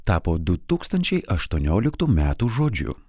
tapo du tūkstančiai aštuonioliktų metų žodžiu